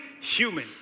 human